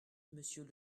monsieur